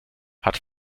hat